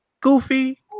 goofy